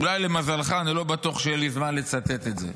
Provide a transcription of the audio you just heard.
אולי למזלך, אני לא בטוח שיהיה לי זמן לצטט את זה.